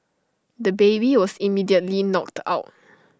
the baby was immediately knocked out